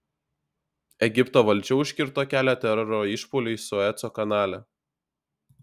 egipto valdžia užkirto kelią teroro išpuoliui sueco kanale